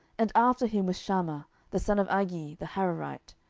and after him was shammah the son of agee the hararite.